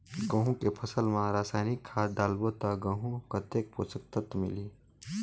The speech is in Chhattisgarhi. गंहू के फसल मा रसायनिक खाद डालबो ता गंहू कतेक पोषक तत्व मिलही?